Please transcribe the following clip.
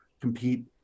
compete